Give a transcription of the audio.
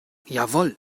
jawohl